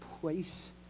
place